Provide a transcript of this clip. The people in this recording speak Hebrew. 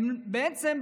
בעצם,